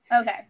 Okay